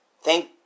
Thank